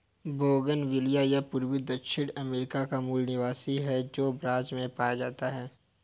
bougainvillea यह पूर्वी दक्षिण अमेरिका का मूल निवासी है, जो ब्राज़ से पाया जाता है